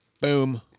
boom